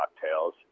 cocktails